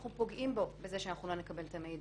שאנחנו פוגעים בו בכך שלא נקבל את המידע.